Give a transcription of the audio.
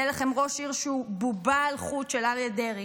יהיה לכם ראש עיר שהוא בובה על חוט של אריה דרעי,